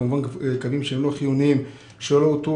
כמובן קווים שאינם חיוניים ולא הותרו